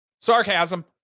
Sarcasm